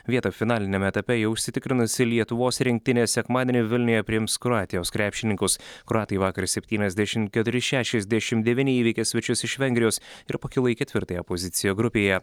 vietą finaliniame etape jau užsitikrinusi lietuvos rinktinė sekmadienį vilniuje priims kroatijos krepšininkus kroatai vakar septyniasdešimt keturi šešiasdešimt devyni įveikė svečius iš vengrijos ir pakilo į ketvirtąją poziciją grupėje